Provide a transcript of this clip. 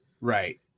Right